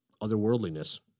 otherworldliness